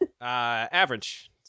average